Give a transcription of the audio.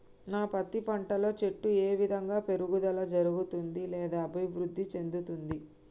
నా పత్తి పంట లో చెట్టు ఏ విధంగా పెరుగుదల జరుగుతుంది లేదా అభివృద్ధి చెందుతుంది?